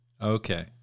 Okay